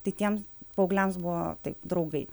tai tiems paaugliams buvo taip draugai